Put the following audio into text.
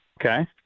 Okay